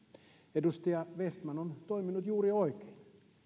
edustaja vestman on toiminut juuri oikein hän on